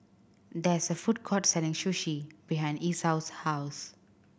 there is a food court selling Sushi behind Esau's house